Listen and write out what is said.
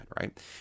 right